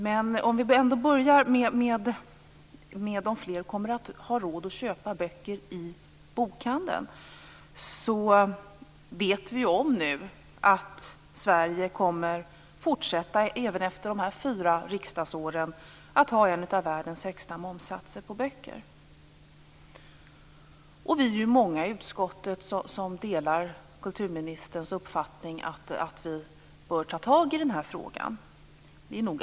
Men när det gäller frågan om ifall fler kommer att ha råd att köpa böcker i bokhandeln vet vi att Sverige även efter dessa fyra riksdagsår kommer att ha en världens högsta momssatser på böcker. Vi är många i utskottet som delar kulturministerns uppfattning att man bör ta tag i den här frågan.